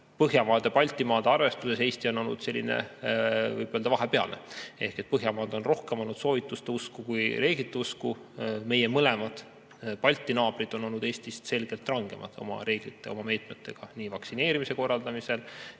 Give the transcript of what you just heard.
Põhjamaade ja Baltimaade arvestuses on Eesti olnud selline vahepealne. Põhjamaad on rohkem olnud soovituste usku kui reeglite usku. Meie mõlemad Balti naabrid on olnud Eestist selgelt rangemad oma reeglite ja oma meetmetega, nii vaktsineerimise korraldamisel,